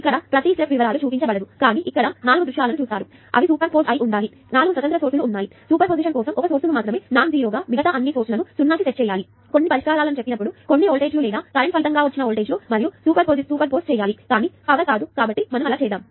కాబట్టిఇక్కడ ప్రతి స్టెప్ వివరాలు చూపించబడదు కానీ ఇక్క్డడ 4 దృశ్యాలను చూస్తారు సూపర్ పోజ్ అయి ఉండాలి 4 స్వతంత్ర సోర్స్ లు ఉన్నాయి సూపర్పొజిషన్ కోసం ఒక ఒక సోర్స్ ను మాత్రమే నాన్ జీరొ గా మిగతా అన్ని ఇతర సోర్స్ లను 0 కి సెట్ చేయాలి మరియు కొన్ని పరిష్కారాలను చెప్పినప్పుడు కొన్ని వోల్టేజీలు లేదా కరెంట్ ఫలితంగా వచ్చిన వోల్టేజీలు మరియు కరెంట్ సూపర్ పోజ్ చేయాలి కానీ పవర్ కాదు కాబట్టి మనం అలా చేద్దాం